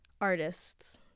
artists